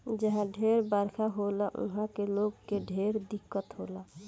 जहा ढेर बरखा होला उहा के लोग के ढेर दिक्कत होला